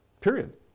Period